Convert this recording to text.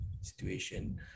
situation